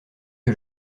que